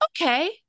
okay